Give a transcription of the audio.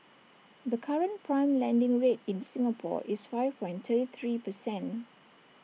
the current prime lending rate in Singapore is five point three three percent